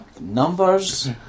numbers